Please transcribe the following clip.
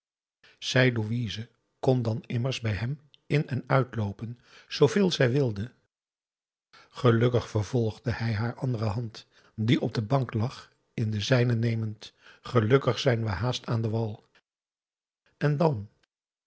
louise kon dan immers bij hem in en uitloopen zooveel zij wilde gelukkig vervolgde hij haar andere hand die op de bank lag in de zijne nemend gelukkig zijn we haast aan den wal en dan